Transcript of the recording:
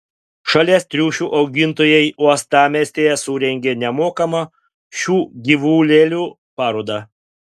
šalies triušių augintojai uostamiestyje surengė nemokamą šių gyvulėlių parodą